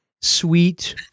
sweet